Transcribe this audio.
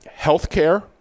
Healthcare